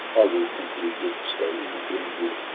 i will think, we've lived so in the green wood,